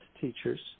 teachers